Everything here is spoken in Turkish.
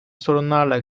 sorunlarla